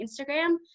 Instagram